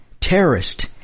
terrorist